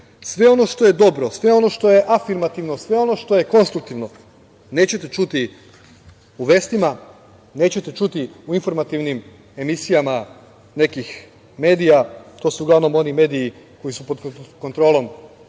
sve ono što je dobro, sve ono što je afirmativno, sve ono što je konstruktivno, nećete čuti u vestima, nećete čuti u informativnim emisijama nekih medija, to su uglavnom oni mediji koji su pod kontrolom